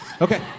Okay